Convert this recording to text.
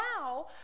now